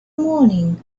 morning